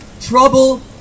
trouble